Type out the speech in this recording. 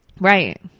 Right